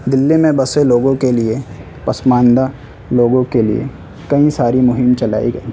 دہلی میں بے لوگوں کے لیے پسماندہ لوگوں کے لیے کئی ساری مہم چلائی گئی